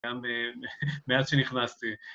גם... מאז שנכנסתי.